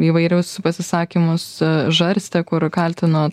įvairius pasisakymus žarstė kur kaltino